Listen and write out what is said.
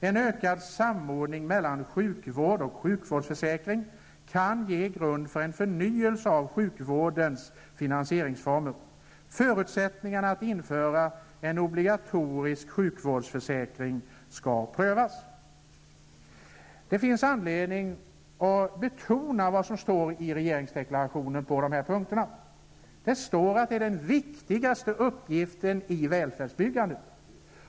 En ökad samordning mellan sjukvård och sjukvårdsförsäkring kan ge grund för en förnyelse av sjukvårdens finansieringsformer. Förutsättningarna att införa en obligatorisk sjukvårdsförsäkring prövas.'' Det finns anledning att betona vad som står i regeringsdeklarationen på dessa punkter. Det står att en förbättring av vården är den viktigaste uppgiften i välfärdsbyggandet.